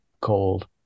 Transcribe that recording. cold